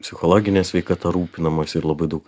psichologine sveikata rūpinamasi ir labai daug